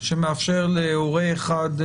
שמאפשר להורה אחד,